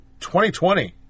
2020